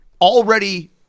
already